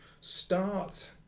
start